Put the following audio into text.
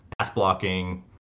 pass-blocking